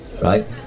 right